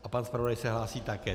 A pan zpravodaj se hlásí také.